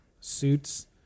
suits